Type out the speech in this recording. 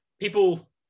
people